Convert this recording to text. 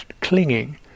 clinging